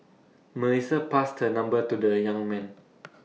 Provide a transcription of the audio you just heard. Melissa passed her number to the young man